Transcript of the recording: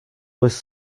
was